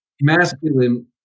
Masculine